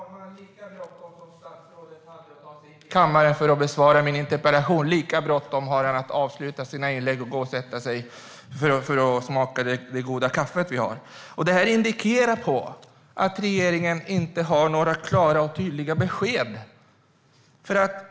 Herr talman! Lika bråttom som statsrådet hade att ta sig hit till kammaren för att besvara min interpellation, lika bråttom har han att avsluta sina inlägg och gå och sätta sig för att smaka det goda kaffet vi har. Det indikerar att regeringen inte har några klara och tydliga besked.